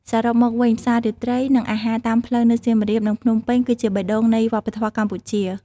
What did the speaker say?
សរុបមកវិញផ្សាររាត្រី និងអាហារតាមផ្លូវនៅសៀមរាប និងភ្នំពេញ គឺជាបេះដូងនៃវប្បធម៌កម្ពុជា។